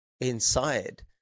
inside